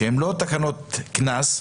שהן לא תקנות קנס,